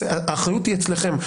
האחריות היא אצלכם.